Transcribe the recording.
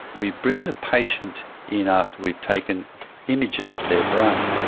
we bring the patient in after we've taken images of their brain.